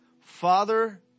Father